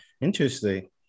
Interesting